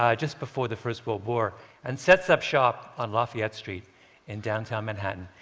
ah just before the first world war and sets up shop on lafayette street in downtown manhattan.